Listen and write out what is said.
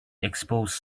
expose